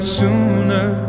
sooner